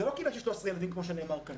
זו לא קהילה של 13 ילדים כפי שנאמר כאן,